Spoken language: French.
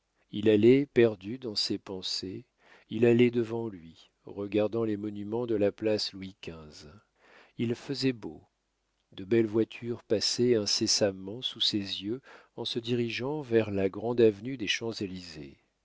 il allait perdu dans ses pensées il allait devant lui regardant les monuments de la place louis xv il faisait beau de belles voitures passaient incessamment sous ses yeux en se dirigeant vers la grande avenue des champs-élysées